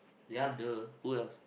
ya duh who else